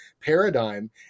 paradigm